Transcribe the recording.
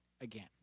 again